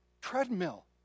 treadmill